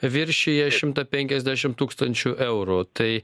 viršija šimtą penkiasdešimt tūkstančių eurų tai